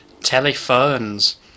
Telephones